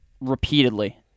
repeatedly